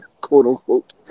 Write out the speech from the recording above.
quote-unquote